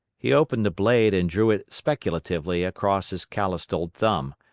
he opened the blade and drew it speculatively across his calloused old thumb,